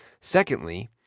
Secondly